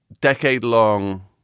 decade-long